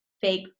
fake